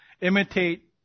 imitate